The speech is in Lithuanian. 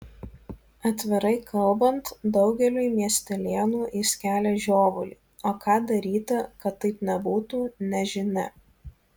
atvirai kalbant daugeliui miestelėnų jis kelia žiovulį o ką daryti kad taip nebūtų nežinia